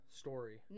story